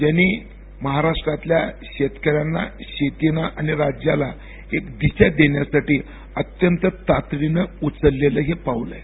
ज्यांनी महाराष्ट्रातल्या शेतकऱ्यांना आणि राज्याला एक दिशा देण्यासाठी अत्यंत तातडीनं उचलेलं हे पाऊल आहे